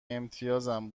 امتیازم